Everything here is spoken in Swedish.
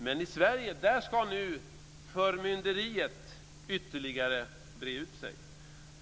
Men i Sverige ska nu förmynderiet ytterligare bre ut sig.